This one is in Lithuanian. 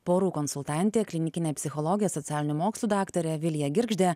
porų konsultantė klinikinė psichologė socialinių mokslų daktarė vilija girgždė